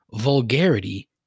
vulgarity